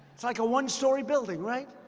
it's like a one-story building, right?